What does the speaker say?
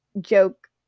joke